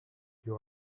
you